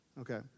Okay